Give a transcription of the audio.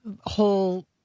Whole